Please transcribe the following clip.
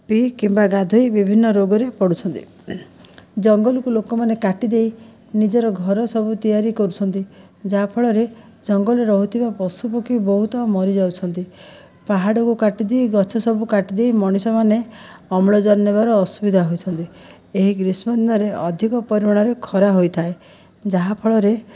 ପିଇ କିମ୍ବା ଗାଧୋଇ ବିଭିନ୍ନ ରୋଗରେ ପଡ଼ୁଛନ୍ତି ଜଙ୍ଗଲକୁ ଲୋକମାନେ କାଟିଦେଇ ନିଜର ଘର ସବୁ ତିଆରି କରୁଛନ୍ତି ଯାହାଫଳରେ ଜଙ୍ଗଲରେ ରହୁଥିବା ପଶୁପକ୍ଷୀ ବହୁତ ମରିଯାଉଛନ୍ତି ପାହାଡ଼କୁ କାଟିଦେଇ ଗଛ ସବୁ କାଟିଦେଇ ମଣିଷମାନେ ଅମ୍ଳଜାନ ନେବାର ଅସୁବିଧା ହେଉଛନ୍ତି ଏହି ଗ୍ରୀଷ୍ମଦିନରେ ଅଧିକ ପରିମାଣରେ ଖରା ହୋଇଥାଏ ଯାହାଫଳରେ